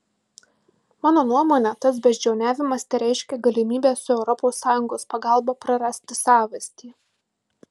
mano nuomone tas beždžioniavimas tereiškia galimybę su europos sąjungos pagalba prarasti savastį